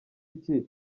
iki